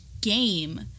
game